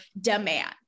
demand